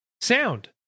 Sound